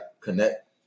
connect